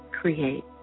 create